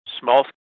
small